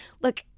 look